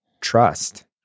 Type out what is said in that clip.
trust